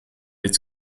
its